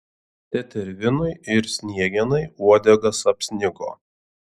tetervinui ir sniegenai uodegas apsnigo